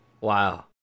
Wow